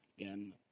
Again